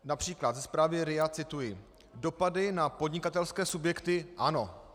Například ze zprávy RIA cituji: dopady na podnikatelské subjekty ano.